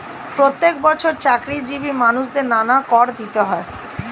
প্রত্যেক বছর চাকরিজীবী মানুষদের নানা কর দিতে হয়